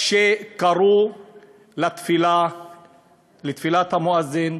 שקראו לתפילת המואזין,